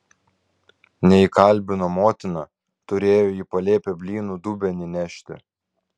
neįkalbino motina turėjo į palėpę blynų dubenį nešti